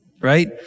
right